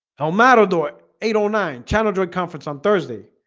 how matter do it eight nine channel droid conference on thursday,